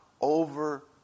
over